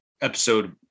episode